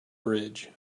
bridge